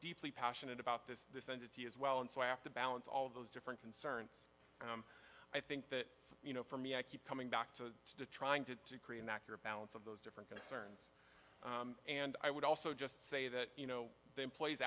deeply passionate about this this entity as well and so i have to balance all of those different concerns and i think that you know for me i keep coming back to to trying to create an accurate balance of those different concerns and i would also just say that you know the employee